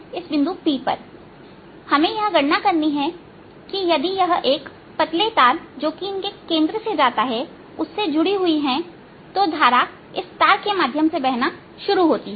इस बिंदु P पर हमें यह गणना करनी है कि यदि यह एक पतले तार जो कि इनके केंद्र से जाता है उससे जुड़ी हुई हैं तो एक धारा इस तार के माध्यम से बहना शुरू होती है